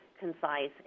concise